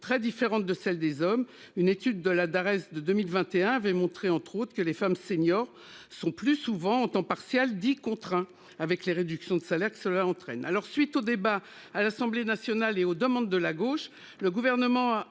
très différentes de celles des hommes. Une étude de la Dares S de 2021 avait montré entre autres que les femmes seniors sont plus souvent en temps partiel dit contraint avec les réductions de salaires que cela entraîne à leur suite au débat à l'Assemblée nationale et aux demandes de la gauche. Le gouvernement